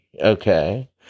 okay